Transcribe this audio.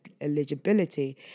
eligibility